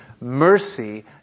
mercy